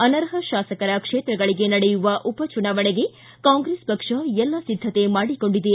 ಅನರ್ಪ ಶಾಸಕರ ಕ್ಷೇತ್ರಗಳಿಗೆ ನಡೆಯುವ ಉಪಚುನಾವಣೆಗೆ ಕಾಂಗ್ರೆಸ್ ಪಕ್ಷ ಎಲ್ಲ ಸಿದ್ದತೆ ಮಾಡಿಕೊಂಡಿದೆ